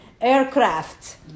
aircraft